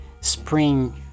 spring